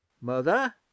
Mother